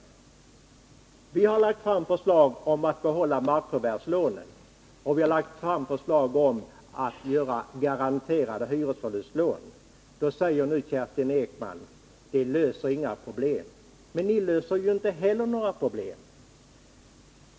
Vi har lagt fram förslag om att behålla markförvärvslånen och förslag om garanterade hyresförlustlån. Nu säger Kerstin Ekman att det inte löser några problem. Men ni löser ju inte heller några problem.